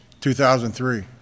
2003